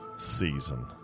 season